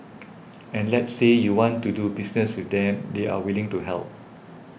and let's say you want to do business with them they're willing to help